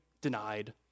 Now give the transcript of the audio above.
denied